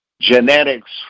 genetics